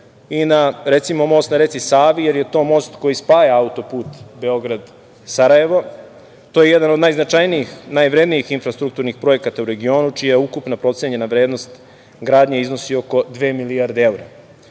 i na recimo, na Most na reci Savi, jer je to most koji spaja autoput Beograd Sarajevo, to je jedan od najznačajnijih i najvrednijih infrastrukturnih projekata u regionu, čija ukupna procenjena vrednost gradnje iznosi oko 2 milijarde